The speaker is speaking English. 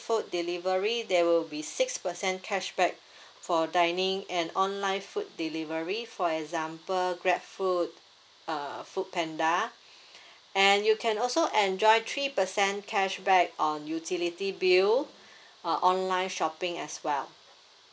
food delivery there will be six percent cashback for dining and online food delivery for example GrabFood uh FoodPanda and you can also enjoy three percent cashback on utility bill uh online shopping as well